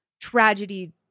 tragedy